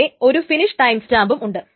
ഇവിടെ ഒരു ഫിനിഷ് ടൈംസ്റ്റാമ്പും ഉണ്ട്